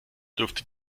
dürfte